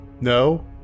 No